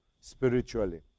spiritually